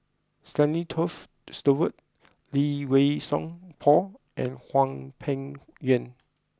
Stanley Toft Stewart Lee Wei Song Paul and Hwang Peng Yuan